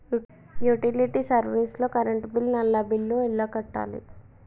Utility service లో current bill, నల్లా bill ఎలా కట్టాలి?